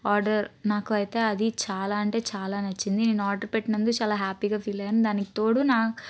order నాకైతే అది చాలా అంటే చాలా నచ్చింది నేను ఆర్డర్ పెట్టినందు చాలా హ్యాపీగా ఫీల్ అయ్యాను దానికి తోడు నా